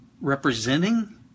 representing